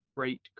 Great